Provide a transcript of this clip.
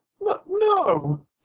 no